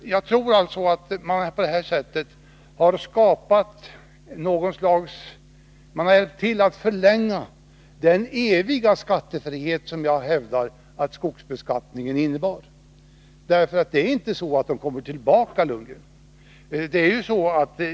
Jag tror att man genom det nu föreliggande förslaget hjälper till att förlänga den eviga skattefrihet som jag hävdar att skogsbeskattningen har inneburit. Det är inte så att skattepengarna kommer tillbaka, Bo Lundgren.